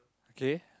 okay